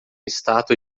estátua